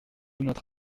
notre